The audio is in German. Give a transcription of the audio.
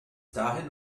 dahin